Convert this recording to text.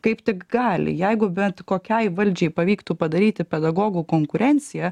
kaip tik gali jeigu bet kokiai valdžiai pavyktų padaryti pedagogų konkurenciją